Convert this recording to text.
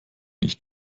nicht